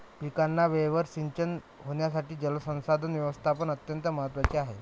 पिकांना वेळेवर सिंचन होण्यासाठी जलसंसाधन व्यवस्थापन अत्यंत महत्त्वाचे आहे